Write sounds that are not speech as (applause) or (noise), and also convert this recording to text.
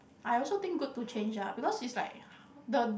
I also think good to change ah because it's like (noise) the